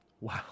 Wow